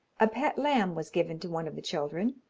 a pet lamb was given to one of the children,